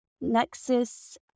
nexus